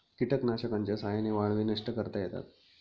कीटकनाशकांच्या साह्याने वाळवी नष्ट करता येतात